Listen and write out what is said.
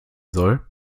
soll